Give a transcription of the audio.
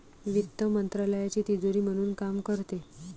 वित्त मंत्रालयाची तिजोरी म्हणून काम करते